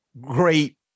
great